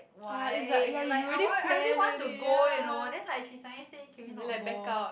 why like I want I really want to go you know then like she suddenly say can we not go